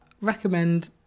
Recommend